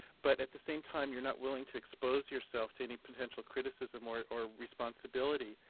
but at the same time you're not willing to expose yourself to any potential criticism or or responsibility.